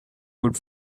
would